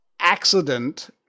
accident